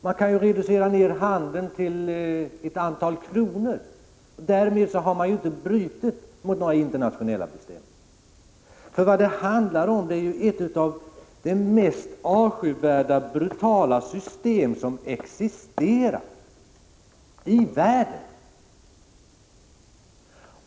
Man kan reducera handeln till minsta möjliga antal kronor — därmed har man inte brutit mot några internationella bestämmelser. Det handlar om ett av de mest avskyvärda och brutala system som existerar i världen.